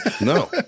No